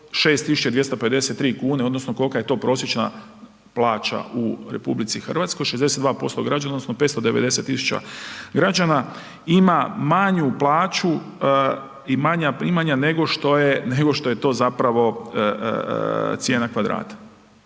6.253 kune odnosno kolika je to prosječna plaća u RH, 62% građana odnosno 590.000 građana ima manju plaću i manja primanja nego što je, nego što to zapravo cijena kvadrata.